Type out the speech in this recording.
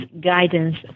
guidance